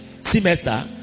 semester